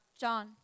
John